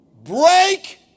Break